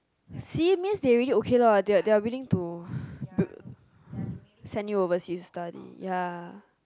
see means they really okay lah they they are willing to send you overseas study ya